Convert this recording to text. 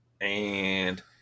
and-